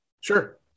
Sure